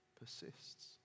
persists